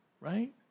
Right